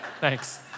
Thanks